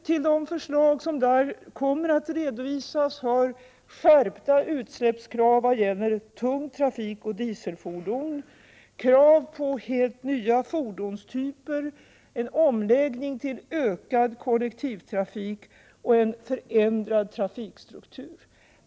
Till de förslag som där kommer att redovisas hör skärpta krav vad gäller utsläppen från tung trafik och dieselfordon, krav på helt nya fordonstyper, en omläggning till ökad kollektivtrafik och en förändrad trafikstruktur.